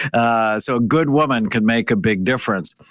ah so a good woman could make a big difference,